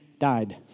died